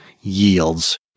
yields